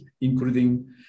including